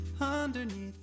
underneath